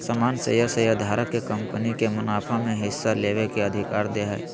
सामान्य शेयर शेयरधारक के कंपनी के मुनाफा में हिस्सा लेबे के अधिकार दे हय